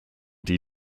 die